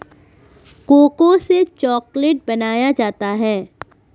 cocoa से chocolate बनाया जाता है